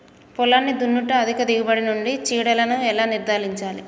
పొలాన్ని దున్నుట అధిక దిగుబడి నుండి చీడలను ఎలా నిర్ధారించాలి?